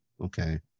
okay